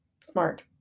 smart